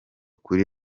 kuri